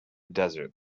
desert